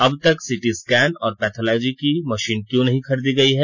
अब तक CT scan एवं पैथोलॉजी की मशीन क्यों नहीं खरीदी गई है